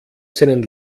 seinen